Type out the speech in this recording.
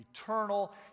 eternal